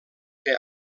que